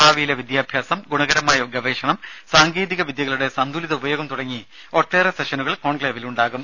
ഭാവിയിലെ വിദ്യാഭ്യാസം ഗുണകരമായ ഗവേഷണം സാങ്കേതിക വിദ്യകളുടെ സന്തുലിത ഉപയോഗം തുടങ്ങി ഒട്ടേറെ സെഷനുകൾ കോൺക്ലേവിൽ ഉണ്ടാകും